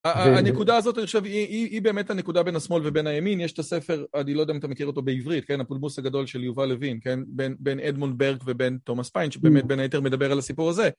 הנקודה הזאת, אני חושב, היא באמת הנקודה בין השמאל ובין הימין, יש את הספר אני לא יודע אם אתה מכיר אותו בעברית, הפולמוס הגדול של יובל לוין בין אדמונד ברק ובין תומאס פיין שבאמת בין היתר מדבר על הסיפור הזה